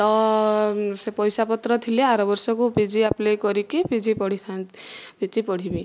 ତ ସେ ପଇସାପତ୍ର ଥିଲେ ଆର ବର୍ଷକୁ ପିଜି ଆପ୍ଲାଏ କରିକି ପିଜି ପଢ଼ିଥାନ୍ ପିଜି ପଢ଼ିବି